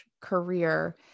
career